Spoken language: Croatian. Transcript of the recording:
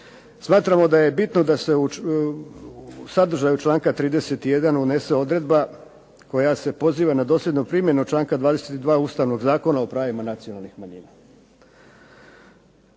smatramo da je bitno da se u sadržaju članka 31. unese odredba koja se poziva na dosljednu primjenu članka 22. Ustavnog zakona o pravima nacionalnih manjina,